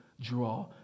draw